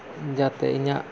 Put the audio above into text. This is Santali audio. ᱡᱟᱛᱮ ᱤᱧᱟᱹᱜ